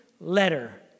letter